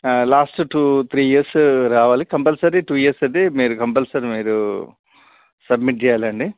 last two three years రావాలి compulsory two years అయితే మీరు కంపల్సరీ మీరు సబ్మిట్ చేయాలండి